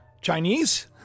Chinese